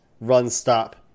run-stop